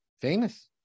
famous